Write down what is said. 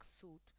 suit